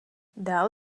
dál